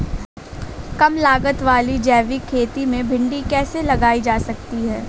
कम लागत वाली जैविक खेती में भिंडी कैसे लगाई जा सकती है?